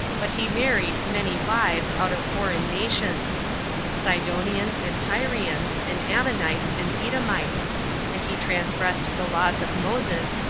but he married many wives out of foreign nations sidontans, and tyrians, and ammonites, and edomites and he transgressed the laws of moses,